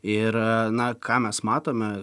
ir na ką mes matome